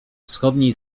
wschodniej